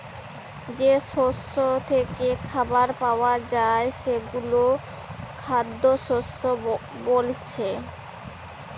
যেই শস্য থিকে খাবার পায়া যায় সেগুলো খাদ্যশস্য বোলছে